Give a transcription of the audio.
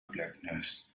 blackness